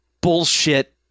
bullshit